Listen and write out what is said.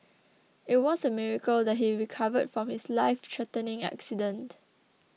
it was a miracle that he recovered from his lifethreatening accident